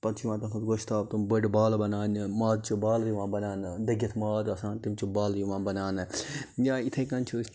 پَتہٕ چھِ یِوان تَتھ مَنٛز گۄشتاب تِم بٔڑۍ بالہٕ بَناونہٕ ماز چہِ بالہٕ یِوان بَناونہٕ دٔگِتھ ماز آسان تِم چھِ بالہٕ یِوان بَناونہٕ یا اِتھے کٔنۍ چھِ أسۍ